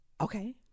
Okay